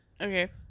Okay